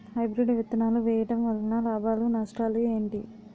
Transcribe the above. Hybrid విత్తనాలు వేయటం వలన లాభాలు నష్టాలు ఏంటి?